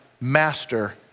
master